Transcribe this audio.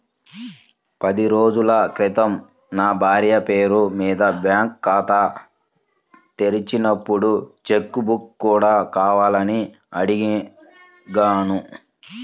పది రోజుల క్రితం నా భార్య పేరు మీద బ్యాంకు ఖాతా తెరిచినప్పుడు చెక్ బుక్ కూడా కావాలని అడిగాను